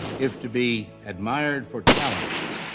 if to be admired for talents,